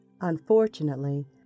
Unfortunately